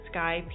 Sky